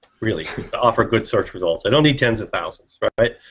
really to offer good search results. i don't need tens of thousands.